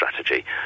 strategy